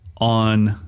on